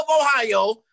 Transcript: Ohio